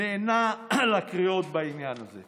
נענה לקריאות בעניין הזה.